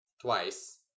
Twice